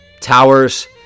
towers